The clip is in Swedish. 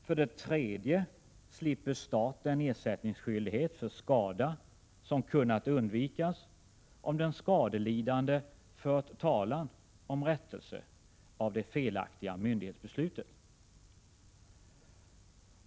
För det tredje slipper staten ersättningsskyldighet för skada som kunnat undvikas om den skadelidande fört talan om rättelse av det felaktiga myndighetsbeslutet.